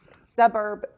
suburb